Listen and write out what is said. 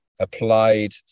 applied